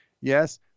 Yes